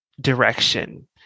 direction